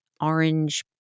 orange